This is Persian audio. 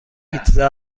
پیتزا